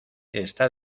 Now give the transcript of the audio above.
está